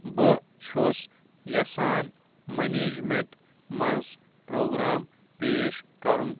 بہٕ چھُس یَژھان منیجمٮ۪نٛٹ منٛز پرٛوگرام پیش کَرُن